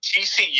TCU